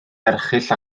erchyll